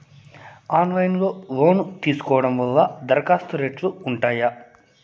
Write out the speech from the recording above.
Online లో loan తీసుకోవడం వల్ల దరఖాస్తు రేట్లు ఉంటాయా?